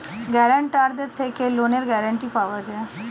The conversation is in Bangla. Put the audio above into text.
গ্যারান্টারদের থেকে লোনের গ্যারান্টি পাওয়া যায়